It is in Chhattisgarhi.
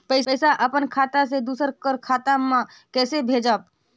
पइसा अपन खाता से दूसर कर खाता म कइसे भेजब?